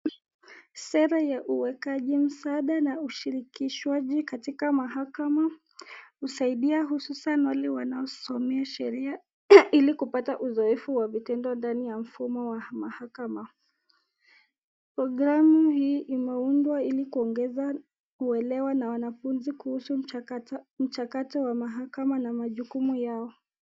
Sera ya uwekaji msaada na ushirikishwaji katika mahakama husaidia hususan wale wanaosomea sheria ili kupata uzoefu wa vitendo ndani ya mfumo wa mahakama. Programu hii imeundwa ili kuongeza kuelewa kwa wanafunzi kuhusu mchakato wa mahakama na majukumu yao.